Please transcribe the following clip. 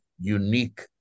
unique